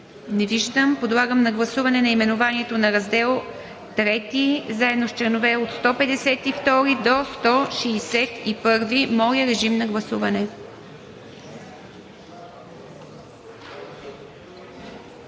Не виждам. Подлагам на гласуване наименованието на Раздел III заедно с членове от 152 до 161. Гласували